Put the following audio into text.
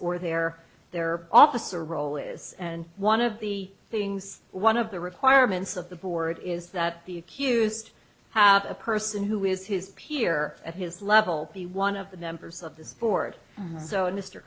or their their office or role is and one of the things one of the requirements of the board is that the accused have a person who is his peer at his level be one of the members of this board so